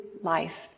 life